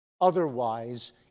Otherwise